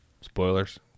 Spoilers